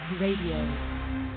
RADIO